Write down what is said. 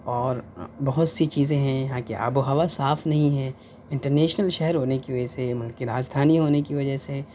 اور بہت سی چیزیں ہیں یہاں کی آب و ہوا صاف نہیں ہے انٹرنیشنل شہر ہونے کی وجہ سے ملک کی راجدھانی ہونے کی وجہ سے